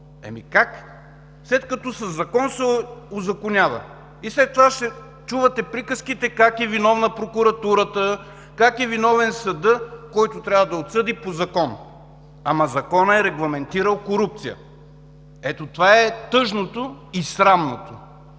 Ами как, след като със закон се узаконява?! След това ще чувате приказките как е виновна прокуратурата, как е виновен съдът, който трябва да отсъди по закон. Ама законът е регламентирал корупция – ето това е тъжното и срамното!